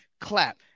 clap